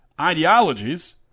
ideologies